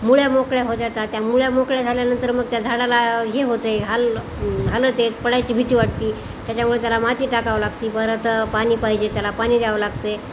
मुळ्या मोकळ्या होतात्या त्या मुळ्या मोकळ्या झाल्यानंतर मग त्या झाडाला हे होत आहे हाल हालत पडायची भीती वाटते त्याच्यामुळे त्याला माती टाकावं लागते परत पाणी पाहिजे त्याला पाणी द्यावं लागते